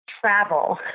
travel